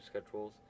schedules